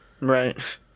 Right